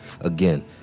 Again